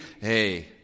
hey